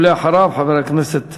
אחריו, חבר הכנסת